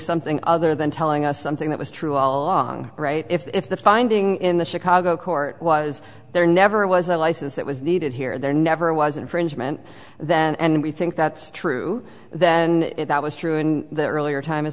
something other than telling us something that was true right if the finding in the chicago court was there never was a license that was needed here there never was infringement that and we think that's true then that was true in the earlier time as